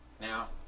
Now